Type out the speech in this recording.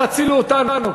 תצילו אותנו,